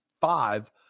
five